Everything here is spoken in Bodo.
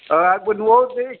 आंबो न'आवनो नै